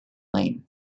lane